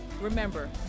remember